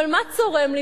אבל מה צורם לי?